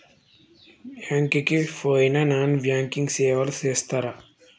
Bank కి పోయిన non banking సేవలు చేస్తరా?